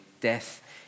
death